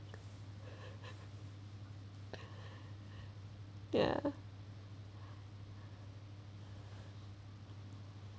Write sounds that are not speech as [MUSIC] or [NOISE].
[LAUGHS] ya